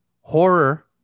horror